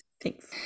Thanks